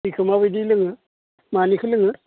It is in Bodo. दैखौ माबायदि लोङो मानिखौ लोङो